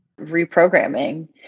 reprogramming